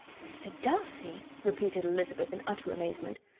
mr. darcy! repeated elizabeth, in utter amazement.